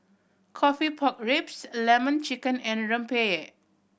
coffee pork ribs Lemon Chicken and rempeyek